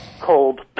cold